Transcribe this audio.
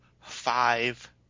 five